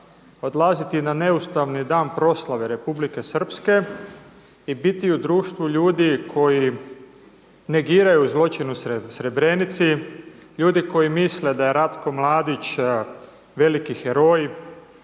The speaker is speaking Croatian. odlaziti na neustavni dan proslave Republike Srpske i biti u društvu ljudi koji negiraju zločin u Srebrenici, ljudi koji misle da je Ratko Mladić veliki heroj